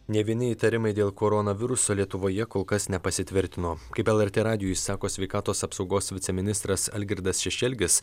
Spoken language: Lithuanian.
nė vieni įtarimai dėl koronaviruso lietuvoje kol kas nepasitvirtino kaip lrt radijui sako sveikatos apsaugos viceministras algirdas šešelgis